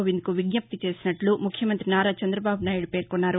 కోవింద్కు విజ్ఞప్తి చేసినట్లు ముఖ్యమంతి నారా చంద్రబాబునాయుడు పేర్కొన్నారు